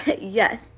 yes